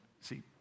see